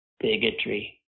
bigotry